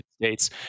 States